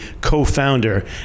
co-founder